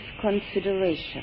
consideration